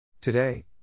Today